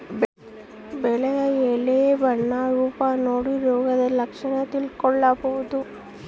ಬೆಳೆಯ ಎಲೆ ಬಣ್ಣ ರೂಪ ನೋಡಿ ರೋಗದ ಲಕ್ಷಣ ತಿಳ್ಕೋಬೋದು